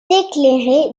éclairé